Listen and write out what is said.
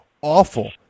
awful